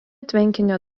tvenkinio